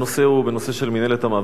מינהלת המעברים.